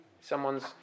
someone's